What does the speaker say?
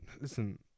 listen